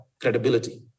credibility